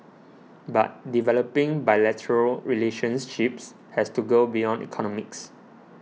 but developing bilateral relationships has to go beyond economics